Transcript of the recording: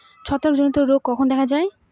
ছত্রাক জনিত রোগ কখন দেখা য়ায়?